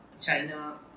China